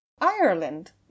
Ireland